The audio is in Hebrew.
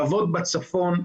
לעבוד בצפון,